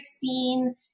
scene